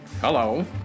Hello